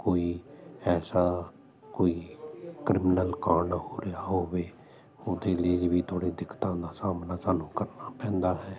ਕੋਈ ਐਸਾ ਕੋਈ ਕ੍ਰਿਮੀਨਲ ਕਾਂਡ ਹੋ ਰਿਹਾ ਹੋਵੇ ਉਹਦੇ ਲਈ ਵੀ ਥੋੜ੍ਹੇ ਦਿੱਕਤਾਂ ਦਾ ਸਾਹਮਣਾ ਸਾਨੂੰ ਕਰਨਾ ਪੈਂਦਾ ਹੈ